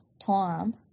time